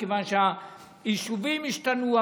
מכיוון שהיישובים השתנו,